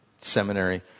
seminary